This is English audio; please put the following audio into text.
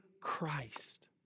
Christ